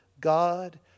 God